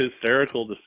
hysterical